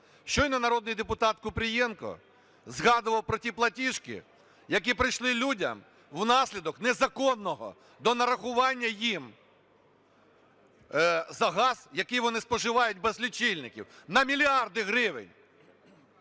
Щойно народний депутат Купрієнко згадував про ті платіжки, які прийшли людям внаслідок незаконного донарахування їм за газ, який вони споживають без лічильників, на мільярди гривень.